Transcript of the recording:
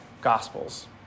Gospels